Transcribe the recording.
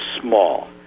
small